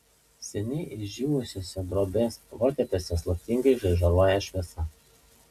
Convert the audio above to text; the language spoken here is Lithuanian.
seniai išdžiūvusiuose drobės potėpiuose slaptingai žaižaruoja šviesa